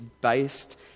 based